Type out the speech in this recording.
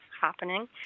happening